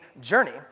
journey